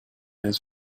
his